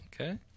Okay